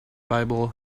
bible